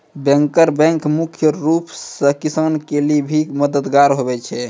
banker bank मुख्य रूप से किसान के लेली भी मददगार हुवै छै